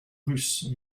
russe